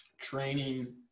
training